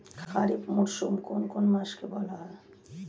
খারিফ মরশুম কোন কোন মাসকে বলা হয়?